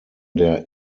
der